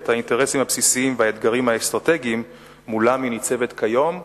את האינטרסים הבסיסיים והאתגרים האסטרטגיים שמולם היא ניצבת כיום.